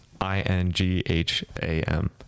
i-n-g-h-a-m